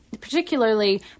particularly